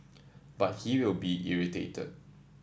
but he will be irritated